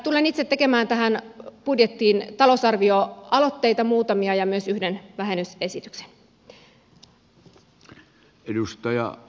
tulen itse tekemään tähän budjettiin muutamia talousarvioaloitteita ja myös yhden vähen nysesityksen